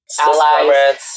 Allies